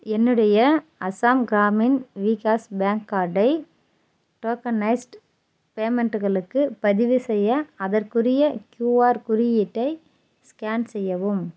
என்னுடைய அசாம் கிராமின் விகாஷ் பேங்க் கார்டை டோகனைஸ்டு பேமெண்ட்களுக்கு பதிவுசெய்ய அதற்குரிய க்யூஆர் குறியீட்டை ஸ்கேன் செய்யவும்